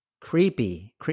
creepy